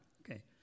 okay